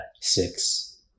Six